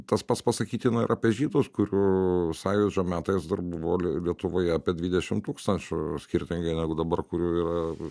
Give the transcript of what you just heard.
tas pats pasakytina ir apie žydus kurių sąjūdžio metais dar buvo lietuvoje apie dvidešimt tūkstančių skirtingai negu dabar kurių yra